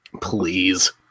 Please